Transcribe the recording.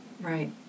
Right